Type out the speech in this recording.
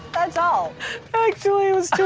that's all actually, it was two